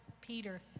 Peter